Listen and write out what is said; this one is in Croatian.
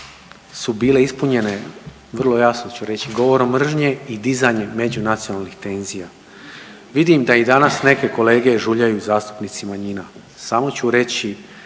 su bile ispunjene vrlo jasno ću reći, govorom mržnje i dizanjem međunacionalnih tenzija. Vidim da i danas neke kolege žuljaju zastupnici manjina, samo ću reći